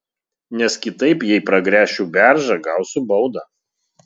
nes kitaip jei pragręšiu beržą gausiu baudą